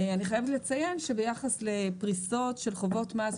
אני חייבת לציין שביחס לפריסות של חובות מס,